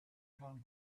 can